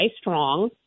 strong